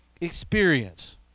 experience